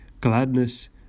gladness